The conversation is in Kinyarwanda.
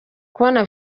kubona